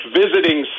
visiting